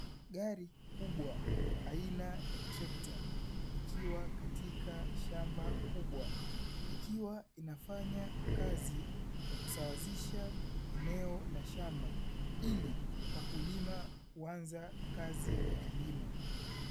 Gari kubwa aina ya trekta likiwa katika shamba kubwa ikiwa inafanya kazi ya kusawazisha eneo la shamba, ili wakulima kuanza kazi ya kilimo.